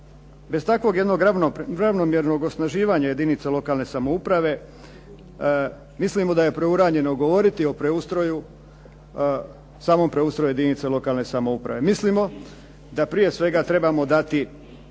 Bez takvog jednog ravnomjernog osnaživanja jedinica lokalne samouprave, mislimo da je preuranjeno govoriti o preustroju samom preustroju jedinica lokalne samouprave. Mislimo da prije svega trebamo dati